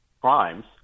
crimes